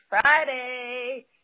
Friday